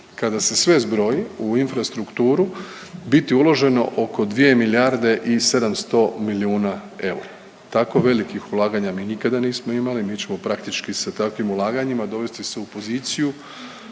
kada se sve zbroji u infrastrukturu biti uloženo oko 2 milijarde i 700 milijuna eura. Tako velikih ulaganja mi nikada nismo imali, mi ćemo praktički sa takvim ulaganjima dovesti se u poziciju